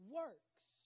works